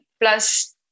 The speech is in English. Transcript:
plus